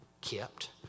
kept